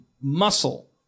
muscle